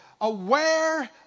aware